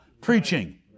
preaching